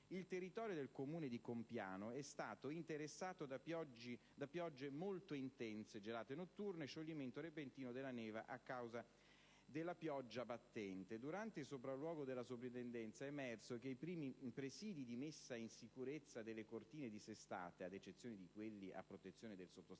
il territorio del Comune di Compiano è stato interessato da piogge molto intense, gelate notturne e scioglimento repentino della neve a causa della pioggia battente. Durante il sopralluogo della soprintendenza è emerso che i primi presidi di messa in sicurezza delle cortine dissestate - ad eccezione di quelli a protezione del sottostante